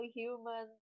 human